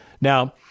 Now